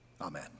Amen